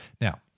Now